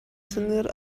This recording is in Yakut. саныыр